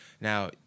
Now